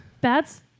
bats